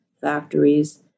factories